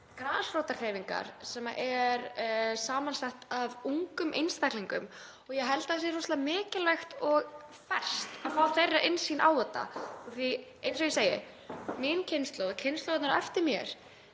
grasrótarhreyfingar sem er samansett af ungum einstaklingum. Ég held að það sé rosalega mikilvægt og ferskt að fá þeirra sýn á þetta því að eins og ég segi, mín kynslóð og kynslóðirnar á eftir minni